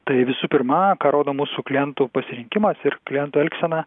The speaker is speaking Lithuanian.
tai visų pirma ką rodo mūsų klientų pasirinkimas ir klientų elgsena